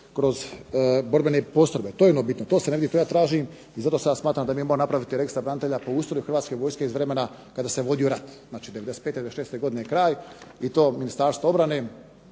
kroz borbene postrojbe. To je ono bitno. To se ne vidi, pa ja tražim i zato ja smatram da mi moramo napraviti Registar branitelja po ustroju Hrvatske vojske iz vremena kada se vodio rat. Znači, '95. i '96. godine kraj i to Ministarstvo obrane,